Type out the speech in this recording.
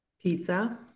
pizza